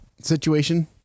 situation